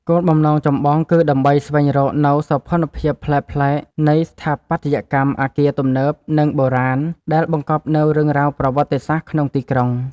គោលបំណងចម្បងគឺដើម្បីស្វែងរកនូវសោភ័ណភាពប្លែកៗនៃស្ថាបត្យកម្មអាគារទំនើប និងបុរាណដែលបង្កប់នូវរឿងរ៉ាវប្រវត្តិសាស្ត្រក្នុងទីក្រុង។